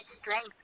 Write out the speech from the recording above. strength